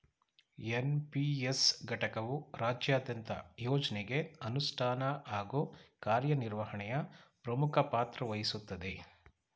NPS ಘಟಕವು ರಾಜ್ಯದಂತ ಯೋಜ್ನಗೆ ಅನುಷ್ಠಾನ ಹಾಗೂ ಕಾರ್ಯನಿರ್ವಹಣೆಯ ಪ್ರಮುಖ ಪಾತ್ರವಹಿಸುತ್ತದೆ